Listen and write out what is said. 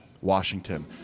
Washington